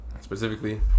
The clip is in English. Specifically